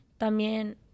también